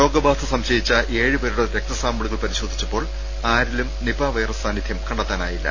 രോഗബാധ സംശയിച്ച ഏഴു പേരുടെയും രക്തസാമ്പിളു കൾ പരിശോധിച്ചപ്പോൾ ആരിലും നിപ വൈറസ് സാന്നിധ്യം കണ്ടെത്താ നായില്ല